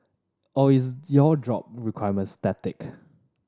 or is your job requirement static